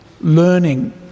learning